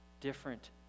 different